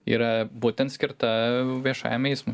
yra būtent skirta viešajam eismui